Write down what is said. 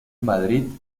madrid